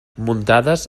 muntades